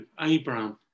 Abraham